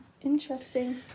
Interesting